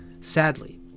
Sadly